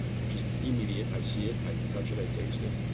which is immediate, i see it, i touch it, i taste it,